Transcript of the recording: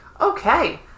Okay